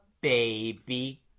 baby